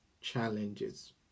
challenges